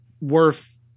worth